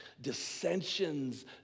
dissensions